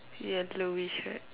yellowish right